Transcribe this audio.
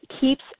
keeps